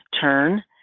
turn